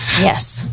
yes